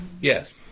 Yes